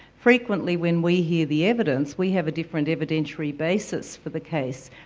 frequently when we hear the evidence, we have a different evidentiary basis for the case.